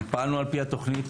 פעלנו על פי התוכנית,